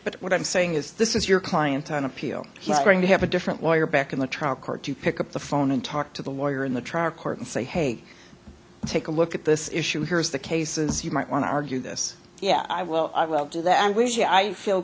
but what i'm saying is this is your client on appeal he's going to have a different lawyer back in the trial court to pick up the phone and talk to the lawyer in the trial court and say hey take a look at this issue here is the cases you might want to argue this yeah i will i will do that i wish i feel